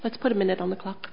let's put a minute on the clock